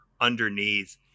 underneath